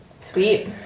Sweet